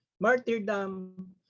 martyrdom